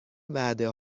وعده